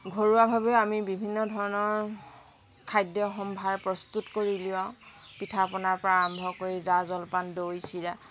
ঘৰুৱাভাৱেও আমি বিভিন্ন ধৰণৰ খাদ্য সম্ভাৰ প্ৰস্তুত কৰি উলিয়াওঁ পিঠা পনাৰ পৰা আৰম্ভ কৰি জা জলপান দৈ চিৰা